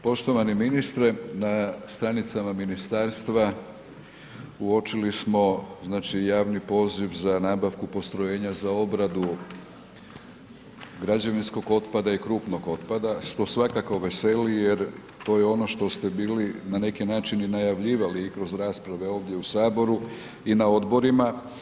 Poštovani ministre na stranicama ministarstva uočili smo znači javni poziv za nabavku postrojenja za obradu građevinskog otpada i krupnog otpada, što svakako veseli jer to je ono što ste bili na neki način i najavljivali kroz rasprave ovdje u saboru i na odborima.